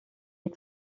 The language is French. est